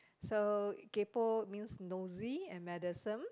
so kaypo means nosy and meddlesome